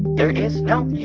there is no you,